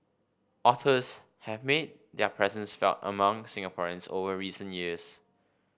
otters have made their presence felt among Singaporeans over recent years